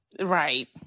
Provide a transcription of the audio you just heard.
Right